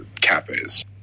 cafes